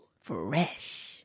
Fresh